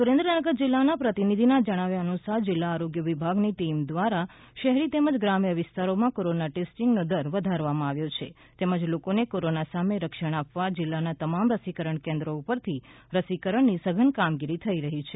સુરેન્દ્રનગર જિલ્લાના પ્રતિનિધિના જણાવ્યા અનુસાર જિલ્લા આરોગ્ય વિભાગની ટીમ દ્વારા શહેરી તેમજ ગ્રામ્ય વિસ્તારોમાં કોરોના ટેસ્ટિંગનો દર વધારવામાં આવ્યો છે તેમજ લોકોને કોરોના સામે રક્ષણ આપવા જિલ્લાના તમામ રસીકરણ કેન્દ્રો ઉપરથી રસીકરણની સઘન કામગીરી થઈ રહી છે